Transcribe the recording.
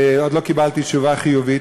עוד לא קיבלתי תשובה חיובית.